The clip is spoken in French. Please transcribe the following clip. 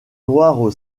noire